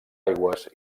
aigües